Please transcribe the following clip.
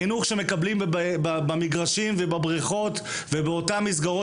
החינוך שמקבלים במגרשים ובבריכות ובאותן מסגרות